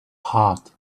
heart